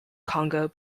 congo